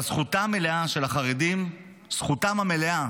אבל זכותם המלאה של החרדים, זכותם המלאה,